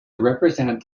represent